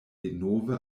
denove